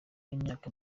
y’imyaka